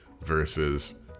versus